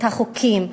את החוקים,